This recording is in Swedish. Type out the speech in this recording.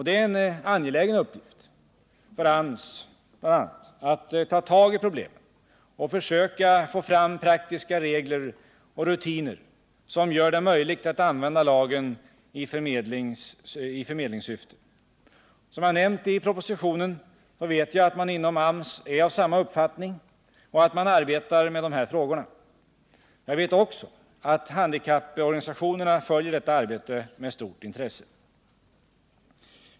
Det är en angelägen uppgift för AMS att ta tag i problemen och försöka få fram praktiska regler och rutiner som gör det möjligt att använda lagen i förmedlingssyfte. Som jag nämnt i propositionen vet jag att man inom AMS är av samma uppfattning och att man arbetar med de här frågorna. Jag vet också att handikapporganisationerna följer detta arbete med stort intresse.